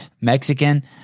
mexican